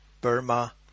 Burma